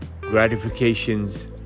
gratifications